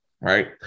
right